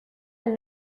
elle